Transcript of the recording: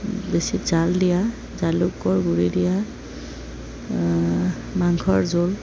বেছি জাল দিয়া জালুকৰ গুড়ি দিয়া মাংসৰ জোল